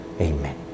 Amen